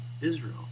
Israel